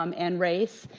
um and race,